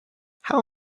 how